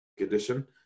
edition